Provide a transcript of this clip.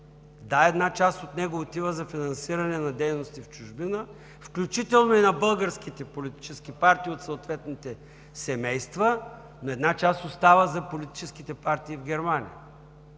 Да, една част от него отива за финансиране на дейности в чужбина, включително и на българските политически партии от съответните семейства, но една част остава за политическите партии в Германия.